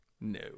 No